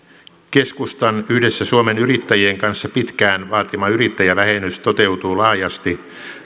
keskustan yhdessä suomen yrittäjien kanssa pitkään vaatima yrittäjävähennys toteutuu laajasti